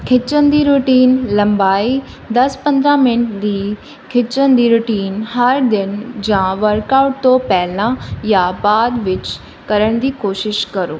ਖਿੱਚਣ ਦੀ ਰੂਟੀਨ ਲੰਬਾਈ ਦਸ ਪੰਦਰਾਂ ਮਿੰਟ ਦੀ ਖਿੱਚਣ ਦੀ ਰੂਟੀਨ ਹਰ ਦਿਨ ਜਾਂ ਵਰਕਆਊਟ ਤੋਂ ਪਹਿਲਾਂ ਜਾਂ ਬਾਅਦ ਵਿੱਚ ਕਰਨ ਦੀ ਕੋਸ਼ਿਸ਼ ਕਰੋ